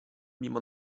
mimo